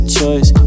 choice